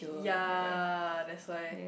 ya that's why